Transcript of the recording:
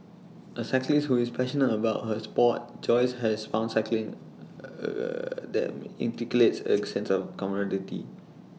A cyclist who is passionate about her Sport Joyce has founded cycling A that inculcates A sense of camaraderie